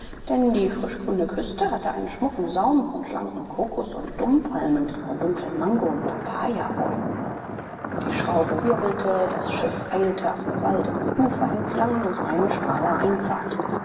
denn die frischgrüne küste hatte einen schmucken saum von schlanken kokos und dumpalmen von dunklen mango und papayabäumen die schraube wirbelte das schiff eilte am bewaldeten ufer entlang durch eine schmale einfahrt